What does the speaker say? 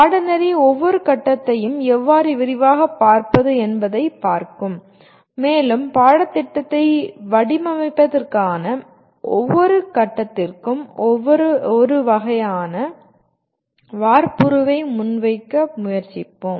பாடநெறி ஒவ்வொரு கட்டத்தையும் எவ்வாறு விரிவாகப் பார்ப்பது என்பதைப் பார்க்கும் மேலும் பாடத்திட்டத்தை வடிவமைப்பதற்கான ஒவ்வொரு கட்டத்திற்கும் ஒரு வகையான வார்ப்புருவை முன்வைக்க முயற்சிப்போம்